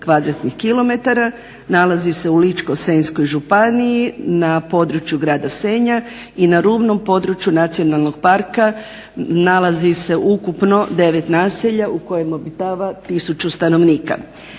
kvadratnih km, nalazi se u Ličko-senjskoj županiji na području grada Senja i na rubnom području nacionalnog parka nalazi se ukupno 9 naselja u kojem obitava tisuću stanovnika.